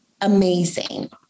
amazing